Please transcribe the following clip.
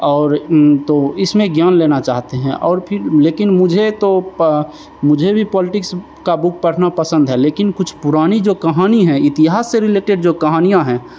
और तो इसमें ज्ञान लेना चाहते हैं और फिर लेकिन मुझे तो प भी पॉलिटिक्स का बुक पढ़ना पसंद है लेकिन कुछ पुरानी जो कहानी हैं इतिहास से रिलेटेड जो कहानियाँ हैं